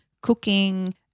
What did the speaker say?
cooking